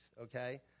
okay